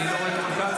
אני לא רואה את רון כץ,